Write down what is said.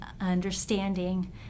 understanding